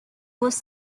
was